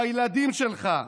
בילדים שלך.